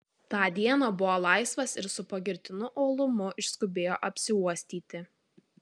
tą dieną buvo laisvas ir su pagirtinu uolumu išskubėjo apsiuostyti